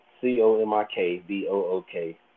C-O-M-I-K-B-O-O-K